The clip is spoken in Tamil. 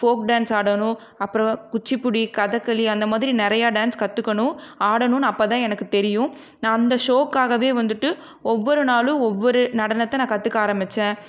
ஃபோக் டான்ஸ் ஆடணும் அப்பறம் குச்சிப்புடி கதக்களி அந்த மாதிரி நிறைய டான்ஸ் கத்துக்கணும் ஆடணும் அப்போதான் எனக்கு தெரியும் நான் அந்த ஷோக்காகவே வந்துட்டு ஒவ்வொரு நாளும் ஒவ்வொரு நடனத்தை நான் கற்றுக்க ஆரம்பிச்சேன்